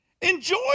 Enjoy